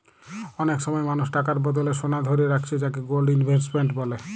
অনেক সময় মানুষ টাকার বদলে সোনা ধারে রাখছে যাকে গোল্ড ইনভেস্টমেন্ট বলে